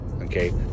okay